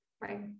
Right